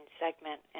segment